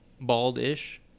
bald-ish